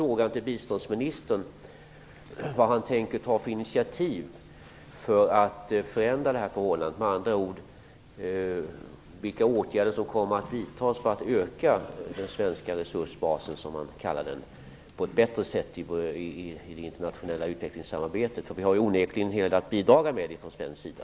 Då är min fråga till biståndsministern vad han tänker ta för initiativ för att förändra det här förhållandet, med andra ord vilka åtgärder som kommer att vidtas för att öka den svenska resursbasen, som man kallar den, i det internationella utvecklingssamarbetet - vi har onekligen en del att bidra med från svensk sida.